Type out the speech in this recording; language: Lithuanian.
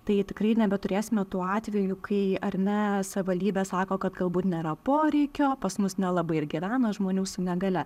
tai tikrai nebeturėsime tų atvejų kai ar ne savivaldybė sako kad galbūt nėra poreikio pas mus nelabai ir gyvena žmonių su negalia